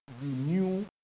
renew